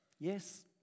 Yes